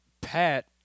Pat